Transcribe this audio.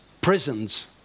Prisons